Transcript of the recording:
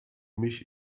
mich